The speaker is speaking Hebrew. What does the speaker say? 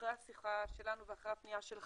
אחרי השיחה שלנו ואחרי הפנייה שלכם,